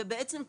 ובעצם,